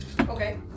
Okay